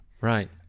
Right